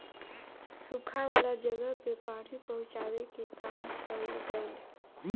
सुखा वाला जगह पे पानी पहुचावे के काम कइल गइल